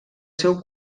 seu